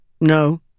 No